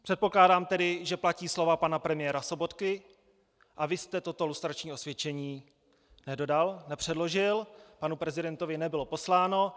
Předpokládám tedy, že platí slova pana premiéra Sobotky, a vy jste toto lustrační osvědčení nedodal, nepředložil, panu prezidentovi nebylo posláno.